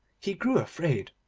he grew afraid,